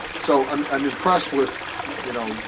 so um i'm impressed with you know